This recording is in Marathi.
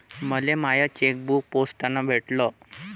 मले माय चेकबुक पोस्टानं भेटल